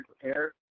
prepared